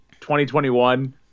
2021